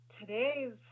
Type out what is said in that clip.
today's